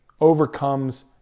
overcomes